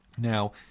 Now